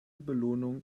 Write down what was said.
belohnung